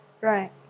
Right